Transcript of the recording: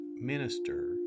minister